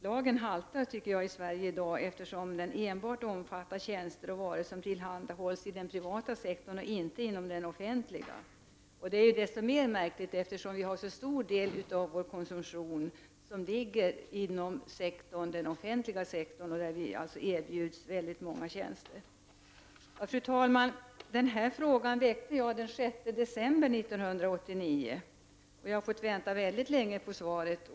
Lagen i Sverige haltar i dag, eftersom den enbart omfattar tjänster och varor som tillhandahålls inom den privata sektorn och inte inom den offentliga. Det är desto mer märkligt, eftersom en så stor del av vår konsumtion ligger inom den offentliga sektorn där vi alltså erbjuds många tjänster. Fru talman! Denna fråga anmälde jag den 6 december 1989. Jag har fått vänta mycket länge på svaret.